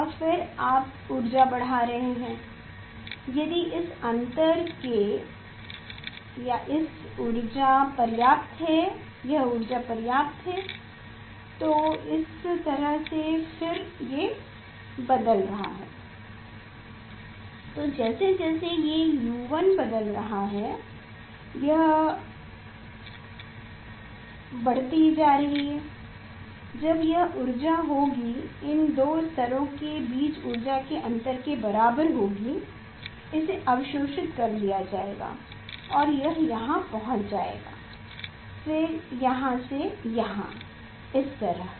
और फिर आप ऊर्जा बढ़ा रहे हैं यदि इस अन्तर के ये ऊर्जा पर्याप्त है तो इस तरह से फिर ये बदल रहा है तो जैसे ये U1 बदल रहे हैं यह बढ़ती जा रही है जब यह ऊर्जा होगी इन दो स्तरों के बीच ऊर्जा के अंतर के बराबर होगी इसे अवशोषित कर लिया जाएगा और यह यहां पहुँच जाएगा फिर यहाँ से यहाँ इस तरह से